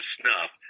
snuff